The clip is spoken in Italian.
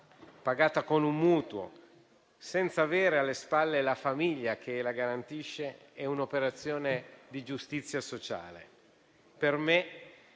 pagata con un mutuo, senza avere alle spalle la famiglia che la garantisce, è un'operazione di giustizia sociale. Per me